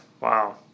wow